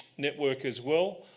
network as well,